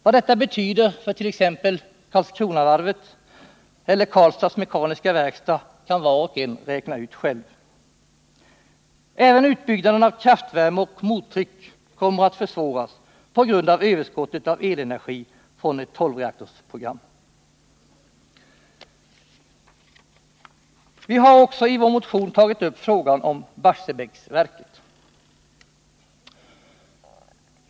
Vad detta betyder för t.ex. Karlskronavarvet eller Karlstads Mekaniska Werkstad kan var och en själv räkna ut. Även utbyggnaden av kraftvärme och mottryck kommer att försvåras på grund av överskottet på elenergi från ett tolvreaktorsprogram. Vi har i vår motion också tagit upp frågan om Barsebäcksverket.